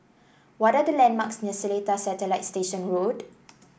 what are the landmarks near Seletar Satellite Station Road